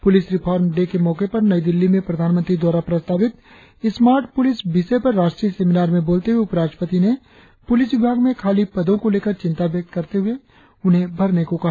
police reform day के मौके पर नई दिल्ली में प्रधानमंत्री द्वारा प्रस्तावित स्मार्ट पुलिस विषय पर राष्ट्रीय सेमिनार में बोलते हुए उपराष्ट्रपति ने पुलिस विभाग में खाली पदों को लेकर चिंता व्यक्त करते हुए उन्हें भरने को कहा